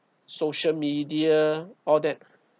social media all that